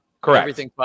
Correct